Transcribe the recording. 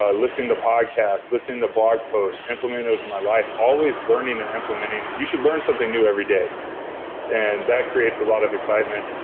listening to podcasts, listening to blog posts implementing those in my life. always learning and implementing, you should learn something new every day and that creates a lot of excitement.